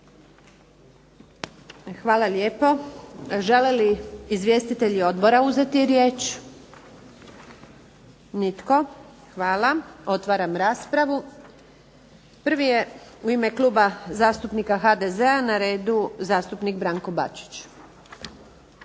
Hvala lijepo. Žele li izvjestitelji odbora uzeti riječ? Nitko. Hvala. Otvaram raspravu. Prvi je u ime Kluba zastupnika HDZ-a, na redu zastupnik Branko Bačić.